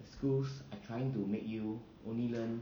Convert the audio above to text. schools are trying to make you only learn